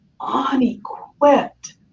unequipped